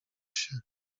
się